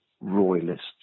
royalists